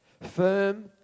Firm